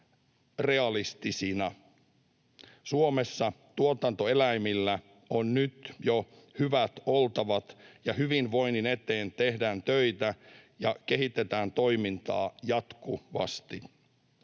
Suomessa tuotantoeläimillä on nyt jo hyvät oltavat, ja hyvinvoinnin eteen tehdään töitä ja kehitetään toimintaa jatkuvasti.